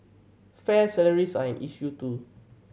fair salaries are an issue too